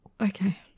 Okay